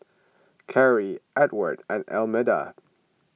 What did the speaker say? Carri Edward and Almeda